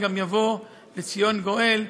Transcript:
גם יבוא לציון גואל,